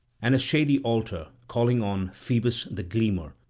and a shady altar, calling on phoebus the gleamer,